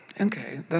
Okay